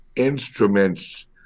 Instruments